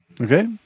Okay